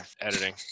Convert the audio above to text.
editing